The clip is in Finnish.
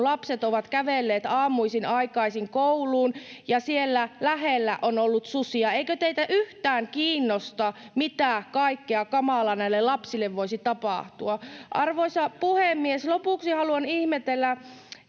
kun lapset ovat kävelleet aamuisin aikaisin kouluun ja siellä lähellä on ollut susia. Eikö teitä yhtään kiinnosta, mitä kaikkea kamalaa näille lapsille voisi tapahtua? [Mauri Peltokankaan välihuuto]